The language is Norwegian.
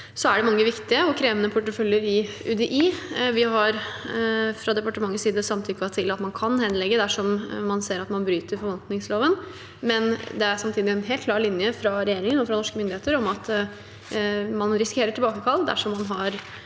Det er mange viktige og krevende porteføljer i UDI. Vi har fra departementets side samtykket til at man kan henlegge dersom man ser at man bryter forvaltningsloven. Det er samtidig en helt klar linje fra regjeringen og fra norske myndigheter om at man risikerer tilbakekalling dersom man har